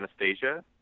Anastasia